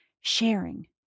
sharing